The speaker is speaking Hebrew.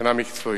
מבחינה מקצועית.